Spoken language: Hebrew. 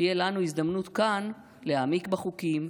תהיה לנו הזדמנות כאן להעמיק בחוקים,